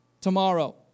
tomorrow